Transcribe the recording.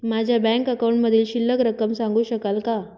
माझ्या बँक अकाउंटमधील शिल्लक रक्कम सांगू शकाल का?